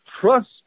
trust